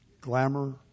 glamour